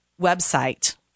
website